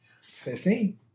Fifteen